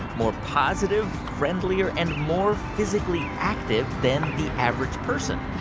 more positive, friendlier and more physically active than the average person